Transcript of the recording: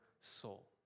soul